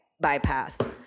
bypass